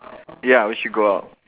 ya we should go out